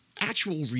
actual